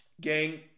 Gang